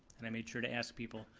and i made sure to ask people,